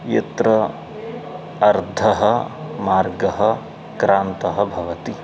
यत्र अर्धः मार्गः क्रान्तः भवति